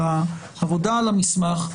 על העבודה על המסמך.